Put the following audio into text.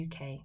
UK